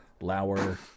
Lauer